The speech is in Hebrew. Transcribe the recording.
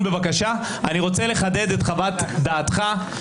דבי, אחרת לא יישאר לו הרבה